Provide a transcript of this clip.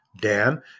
Dan